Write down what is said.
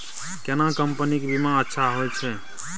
केना कंपनी के बीमा अच्छा होय छै?